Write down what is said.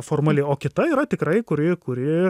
formali o kita yra tikrai kuri kuri